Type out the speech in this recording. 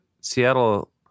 Seattle